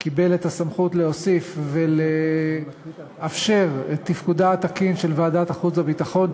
קיבל את הסמכות להוסיף ולאפשר את תפקודה התקין של ועדת החוץ והביטחון,